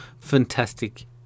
fantastic